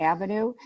Avenue